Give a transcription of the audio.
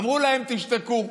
אמרו להם: תשתקו.